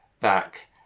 back